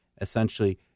essentially